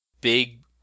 Big